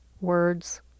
Words